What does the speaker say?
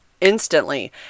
instantly